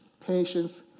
patience